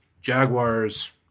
Jaguars